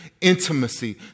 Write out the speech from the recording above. intimacy